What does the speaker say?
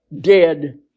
dead